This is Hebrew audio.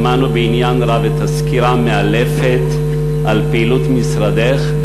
שמענו בעניין רב את הסקירה המאלפת על פעילות משרדך,